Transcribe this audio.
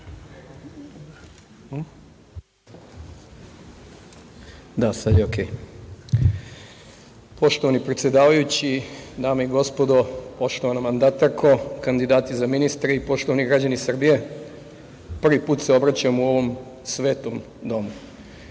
Jovanović PUPS** Poštovani predsedavajući, dame i gospodo, poštovana mandatarko, kandidati za ministre, poštovani građani Srbije, prvi put se obraćam u ovom svetu domu.